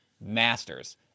masters